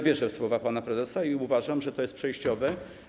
Wierzę w słowa pana prezesa i uważam, że to jest przejściowe.